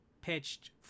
pitched